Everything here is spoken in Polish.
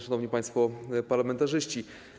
Szanowni Państwo Parlamentarzyści!